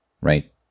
right